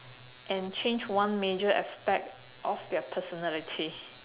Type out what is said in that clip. and change one major aspect of their personality